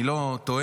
אני לא טועה?